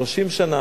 30 שנה,